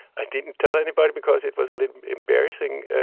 i didn't tell anybody because it was a little embarrassing.